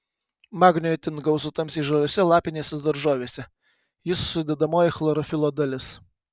magnio itin gausu tamsiai žaliose lapinėse daržovėse jis sudedamoji chlorofilo dalis